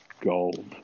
gold